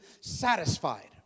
satisfied